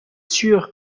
sûr